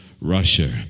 Russia